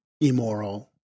immoral